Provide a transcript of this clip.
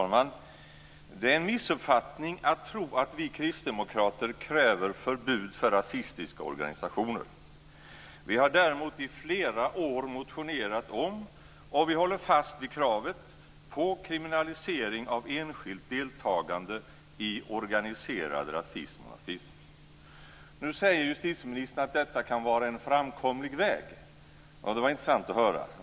Fru talman! Det är en missuppfattning att tro att vi kristdemokrater kräver förbud mot rasistiska organisationer. Vi har däremot i flera år motionerat om och håller fast vid kravet på kriminalisering av enskilt deltagande i organiserad rasism och nazism. Nu säger justitieministern att detta kan vara en framkomlig väg. Det var intressant att höra.